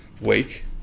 week